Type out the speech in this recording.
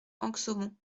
anxaumont